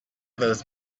those